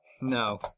no